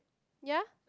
ya